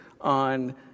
on